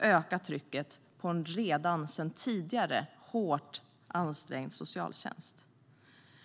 ökar trycket på en redan sedan tidigare hårt ansträngd socialtjänst.